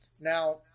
Now